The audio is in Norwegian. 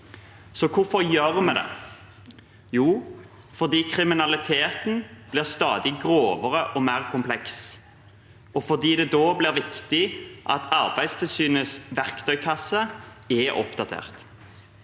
Hvorfor gjør vi det? Jo, fordi kriminaliteten blir stadig grovere og mer kompleks, og fordi det da blir viktig at Arbeidstilsynets verktøykasse er oppdatert.